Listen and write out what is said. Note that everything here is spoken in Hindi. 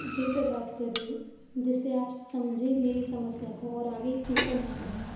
वे पे बात कर रही हूँ जिससे आप समझे मेरी समस्या को और आगे से इसका ध्यान रखें